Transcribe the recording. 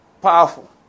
Powerful